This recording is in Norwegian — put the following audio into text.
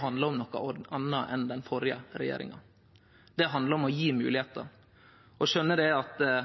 handlar om noko anna enn den førre regjeringa si. Det handlar om å gje moglegheiter og skjøne at det